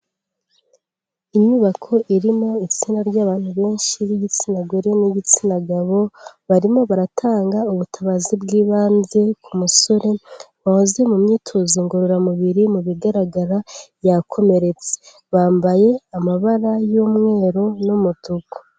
Inyubako irimo itsinda ry'abantu benshi b'igitsina gore n'igitsina gabo, barimo baratanga ubutabazi bw'ibanze ku musore wahoze mu myitozo ngororamubiri, mu bigaragara yakomeretse, bambaye amabara y'umweru n'umutuku.